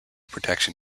protection